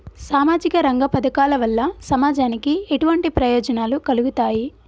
సామాజిక రంగ పథకాల వల్ల సమాజానికి ఎటువంటి ప్రయోజనాలు కలుగుతాయి?